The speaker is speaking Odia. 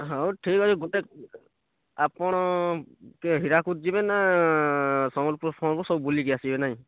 ହଉ ଠିକ୍ ଅଛେ ଗୋଟେ ଆପଣ ହିରାକୁଦ୍ ଯିବେ ନା ସମ୍ବଲ୍ପୁର୍ ଫମଲ୍ପୁର୍ ସବୁ ବୁଲିକି ଆସିବେ ନାଇଁ